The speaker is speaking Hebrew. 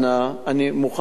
אני מוכן לקבל אותה,